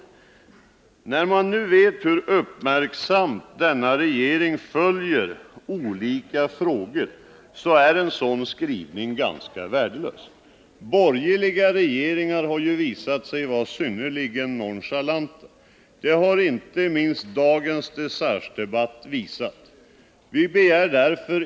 Men när man nu vet hur uppmärksamt denna regering följer olika frågor, så är en sådan skrivning ganska värdelös. Borgerliga regeringar har ju visat sig vara synnerligen nonchalanta — det har inte minst dagens dechargedebatt visat.